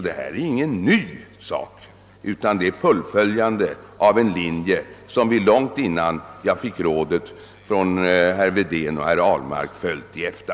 Detta är alltså ingenting nytt utan innebär ett fullföljande av en linje, som vi långt innan jag fick rådet från herrar Wedén och Ahlmark har följt i EFTA.